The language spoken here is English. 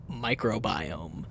microbiome